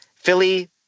Philly